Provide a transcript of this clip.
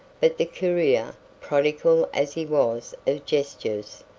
but the courier, prodigal as he was of gestures,